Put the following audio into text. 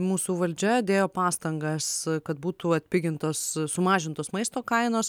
mūsų valdžia dėjo pastangas kad būtų atpigintos sumažintos maisto kainos